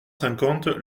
cinquante